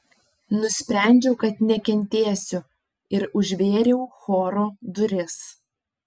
nusprendžiau kad nekentėsiu ir užvėriau choro duris